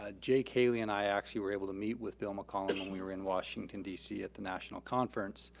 ah jake haley and i actually were able to meet with bill mccallum when we were in washington, d c. at the national conference,